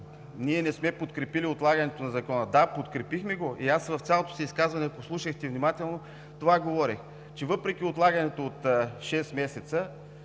ние не сме подкрепили отлагането на Закона. Да, подкрепихме го! В цялото си изказване, ако слушахте внимателно, това говорех: че въпреки отлагането от шест месеца